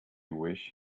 wish